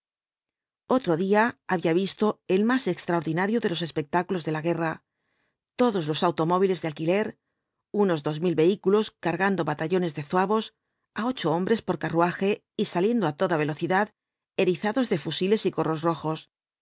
otro día había visto el n ás extraordinario de los espectáculos de la guerra todos los automóviles de alquiler unos dos mil vehícilos cargando batallones de zuavos á ocho hombres por carruaje y saliendo á toda velocidad erizados de fusiles y gorros rojos